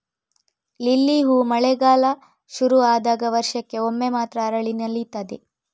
lily ಹೂ ಮಳೆಗಾಲ ಶುರು ಆದಾಗ ವರ್ಷಕ್ಕೆ ಒಮ್ಮೆ ಮಾತ್ರ ಅರಳಿ ನಲೀತದೆ